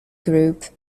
group